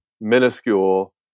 minuscule